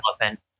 elephant